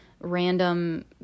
random